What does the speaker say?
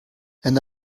and